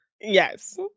yes